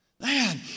Man